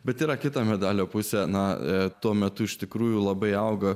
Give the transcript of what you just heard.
bet yra kita medalio pusė na tuo metu iš tikrųjų labai auga